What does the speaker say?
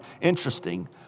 interesting